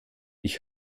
ich